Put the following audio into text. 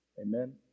Amen